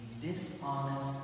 dishonest